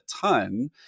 ton